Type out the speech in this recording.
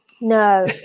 no